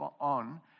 on